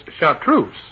chartreuse